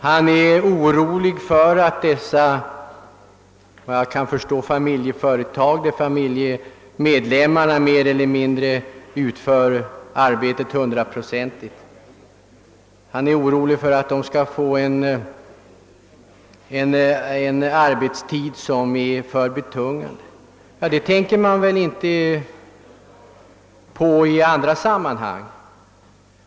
Herr Lundberg var också orolig för att familjemedlemmarna som arbetar i ett företag skall få en arbetstid som är alltför betungande. Det tänker man minsann inte på i andra sammanhang.